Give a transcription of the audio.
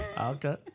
Okay